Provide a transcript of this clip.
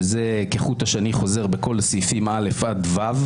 שזה כחוט השני חוזר בכל הסעיפים הקטנים (א) עד (ו).